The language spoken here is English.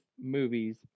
movies